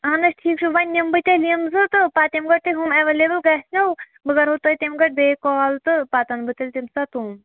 اہن حظ ٹھیٖک چھُ وۄنۍ نِمہٕ بہٕ تیٚلہِ یِم زٕ تہٕ پَتہٕ ییٚمہ گٔڑۍ تۄہہِ ہُم اَٮ۪ویلیبٕل گَژھنو بہٕ کَرو تۄہہِ تَمہِ گٲنٛٹہِ بیٚیہِ کال تہٕ پَتہٕ اَنہٕ بہٕ تیٚلہِ تَمہٕ ساتہٕ تِم